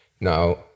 Now